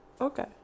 Okay